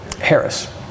Harris